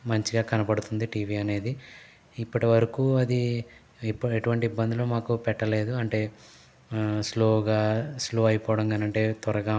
మంచిగా కనబడుతుంది టీవీ అనేది ఇప్పటివరకు అది ఎ ఎటువంటి ఇబ్బందులు మాకు పెట్టలేదు అంటే స్లో గా స్లో అయ్యిపోవడం గానంటే త్వరగా ఆన్ అవ్వకపోవడం